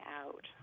out